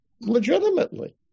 Legitimately